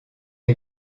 est